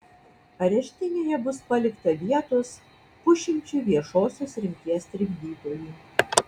areštinėje bus palikta vietos pusšimčiui viešosios rimties trikdytojų